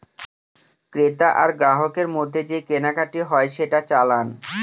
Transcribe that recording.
ক্রেতা আর গ্রাহকের মধ্যে যে কেনাকাটি হয় সেটা চালান